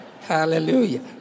Hallelujah